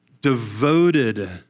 devoted